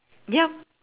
yup